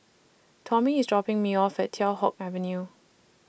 Tommie IS dropping Me off At Teow Hock Avenue